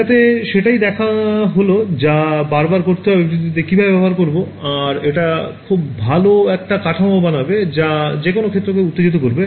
এটা তে সেটাই দেখা হল যা বারবার করতে হবে FDTD তে কিভাবে ব্যবহার করবো আর এটা খুব ভালো একটা কাঠামো বানাবে যা যেকোনো ক্ষেত্রকে উত্তেজিত করবে